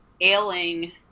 ailing